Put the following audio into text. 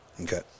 Okay